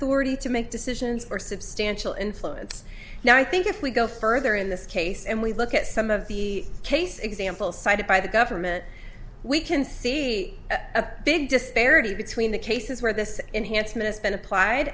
authority to make decisions or substantial influence now i think if we go further in this case and we look at some of the case examples cited by the government we can see a big disparity between the cases where this enhancements been applied